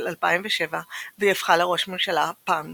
2007 והיא הפכה לראש ממשלה פעם נוספת.